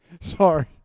Sorry